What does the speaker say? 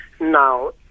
Now